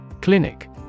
Clinic